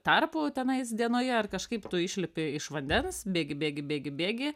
tarpų tenais dienoje ar kažkaip tu išlipi iš vandens bėgi bėgi bėgi bėgi